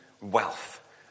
wealth